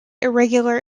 irregular